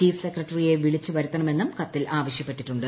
chief സെക്രട്ടറിയെ വിളിച്ചു വരുത്തണമെന്നും കത്തിൽ ആവശ്യപ്പെട്ടിട്ടുണ്ട്